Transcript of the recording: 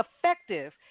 effective